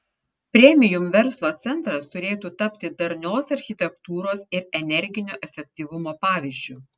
premium verslo centras turėtų tapti darnios architektūros ir energinio efektyvumo pavyzdžiu